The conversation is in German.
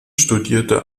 studierte